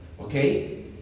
okay